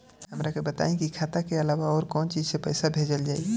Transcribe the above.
हमरा के बताई की खाता के अलावा और कौन चीज से पइसा भेजल जाई?